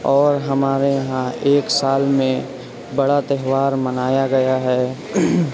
اور ہمارے یہاں ایک سال میں بڑا تہوار منایا گیا ہے